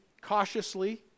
cautiously